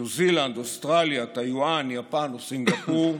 ניו זילנד, אוסטרליה, טייוואן, יפן או סינגפור,